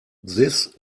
this